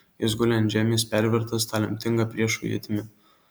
jis guli ant žemės pervertas ta lemtinga priešo ietimi